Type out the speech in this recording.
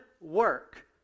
work